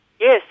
Yes